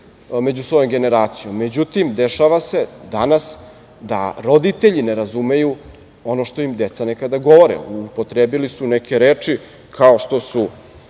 među svojom generacijom. Međutim, dešava se danas da roditelji ne razumeju ono što im deca nekada govore, upotrebili su neke reči kao što su